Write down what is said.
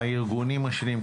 בין הארגונים השונים,